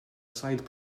side